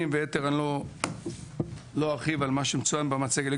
ויותר אני לא ארחיב על מה שמצוין במצגת.